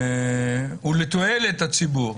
הוא לתועלת הציבור.